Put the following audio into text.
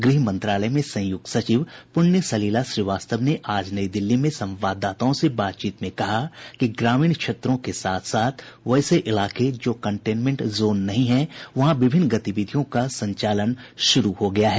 गृह मंत्रालय में संयुक्त सचिव पुण्य सलिला श्रीवास्तव ने आज नई दिल्ली में संवाददाताओं से बातचीत में कहा कि ग्रामीण क्षेत्रों के साथ साथ वैसे इलाके जो कन्टेनमेंट जोन नहीं हैं वहां विभिन्न गतिविधियों का संचालन शुरू हो गया है